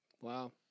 Wow